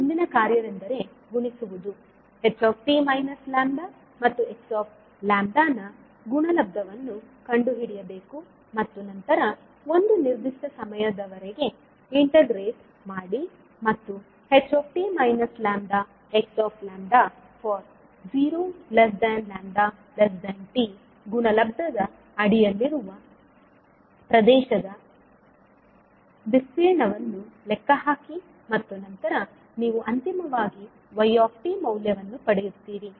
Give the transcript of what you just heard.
ಈಗ ಮುಂದಿನ ಕಾರ್ಯವೆಂದರೆ ಗುಣಿಸುವುದು ht λ ಮತ್ತು xλ ನ ಗುಣಲಬ್ಧವನ್ನು ಕಂಡುಹಿಡಿಯಬೇಕು ಮತ್ತು ನಂತರ ಒಂದು ನಿರ್ದಿಷ್ಟ ಸಮಯದವರೆಗೆ ಇಂಟಿಗ್ರೇಟ್ ಮಾಡಿ ಮತ್ತು ht λxλ for 0 λ t ಗುಣಲಬ್ಧದ ಅಡಿಯಲ್ಲಿರುವ ಪ್ರದೇಶದ ವಿಸ್ತೀರ್ಣವನ್ನು ಲೆಕ್ಕಹಾಕಿ ಮತ್ತು ನಂತರ ನೀವು ಅಂತಿಮವಾಗಿ 𝑦𝑡 ಮೌಲ್ಯವನ್ನು ಪಡೆಯುತ್ತೀರಿ